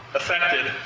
affected